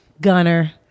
Gunner